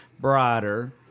brighter